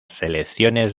selecciones